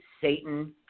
Satan